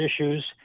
issues